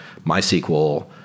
MySQL